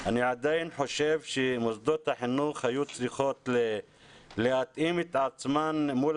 אני עדיין חושב שמוסדות החינוך היו צריכים להתאים את עצמם מול